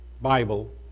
Bible